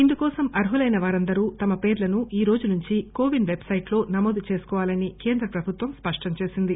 ఇందుకోసం అర్మలైన వారందరూ తమ పేర్షను ఈ రోజు నుంచి కొవిన్ వెబ్సెట్లో నమోదు చేసుకోవాలని కేంద్ర ప్రభుత్వం స్పష్టం చేసింది